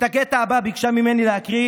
את הקטע הבא ביקשה ממני להקריא